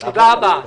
תודה.